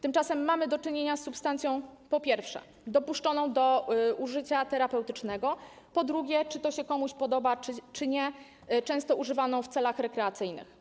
Tymczasem mamy do czynienia z substancją, po pierwsze, dopuszczoną do użycia terapeutycznego, po drugie, czy to się komuś podoba, czy nie, często używaną w celach rekreacyjnych.